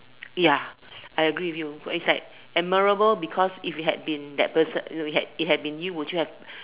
ya I agree with you it's like admirable because if it had been that person if it had had been you would you have